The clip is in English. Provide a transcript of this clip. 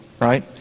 right